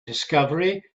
discovery